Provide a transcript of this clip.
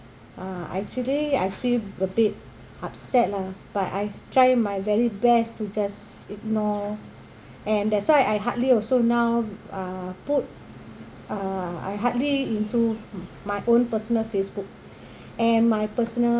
uh actually I feel a bit upset lah but I try my very best to just ignore and that's why I hardly also now uh put uh I hardly into my own personal facebook and my personal